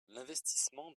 l’investissement